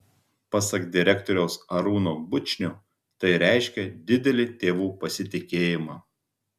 pasak direktoriaus arūno bučnio tai reiškia didelį tėvų pasitikėjimą